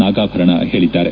ನಾಗಾಭರಣ ಹೇಳದ್ದಾರೆ